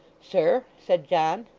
sir said john,